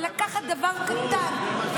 לקחת דבר קטן,